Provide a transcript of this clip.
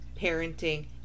parenting